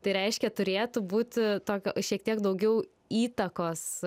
tai reiškia turėtų būt tokio šiek tiek daugiau įtakos